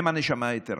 הם הנשמה היתרה,